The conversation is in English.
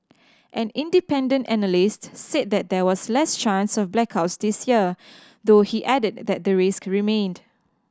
an independent analyst said that there was less chance of blackouts this year though he added that the risk remained